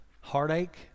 heartache